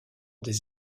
des